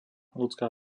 ľudská